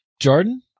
Jordan